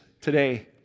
today